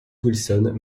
wilson